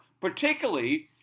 particularly